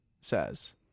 says